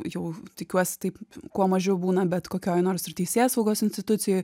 jau tikiuosi taip kuo mažiau būna bet kokioj nors ir teisėsaugos institucijoj